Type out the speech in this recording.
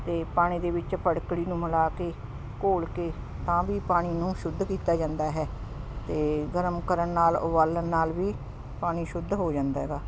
ਅਤੇ ਪਾਣੀ ਦੇ ਵਿੱਚ ਫਟਕੜੀ ਨੂੰ ਮਿਲਾ ਕੇ ਘੋਲ ਕੇ ਤਾਂ ਵੀ ਪਾਣੀ ਨੂੰ ਸ਼ੁੱਧ ਕੀਤਾ ਜਾਂਦਾ ਹੈ ਅਤੇ ਗਰਮ ਕਰਨ ਨਾਲ ਉਬਾਲਣ ਨਾਲ ਵੀ ਪਾਣੀ ਸ਼ੁੱਧ ਹੋ ਜਾਂਦਾ ਗਾ